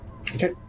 Okay